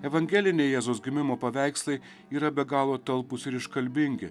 evangeliniai jėzaus gimimo paveikslai yra be galo talpūs ir iškalbingi